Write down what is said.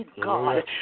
God